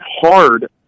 hard